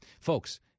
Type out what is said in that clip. Folks